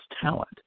talent